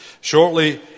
Shortly